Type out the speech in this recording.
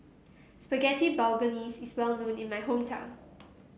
Spaghetti Bolognese is well known in my hometown